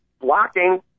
blocking